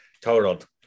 totaled